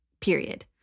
period